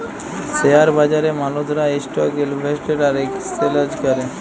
share বাজারে মালুসরা stock invest আর একেসচেলজ ক্যরে